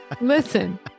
Listen